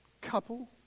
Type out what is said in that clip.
Couple